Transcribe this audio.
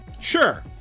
sure